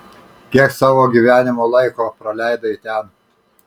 kiek savo gyvenimo laiko praleidai ten